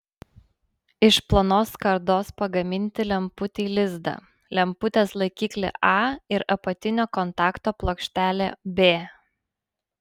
iš plonos skardos pagaminti lemputei lizdą lemputės laikiklį a ir apatinio kontakto plokštelę b